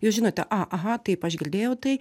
jūs žinote a aha taip aš girdėjau tai